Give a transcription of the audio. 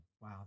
Wow